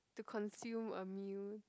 to consume a meal